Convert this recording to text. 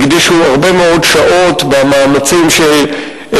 הקדישו הרבה מאוד שעות ומאמצים של,